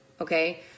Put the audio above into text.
okay